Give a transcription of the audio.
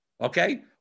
okay